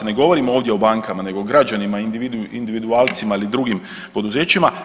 Ne govorim ovdje o bankama, nego građanima individualcima ili drugim poduzećima.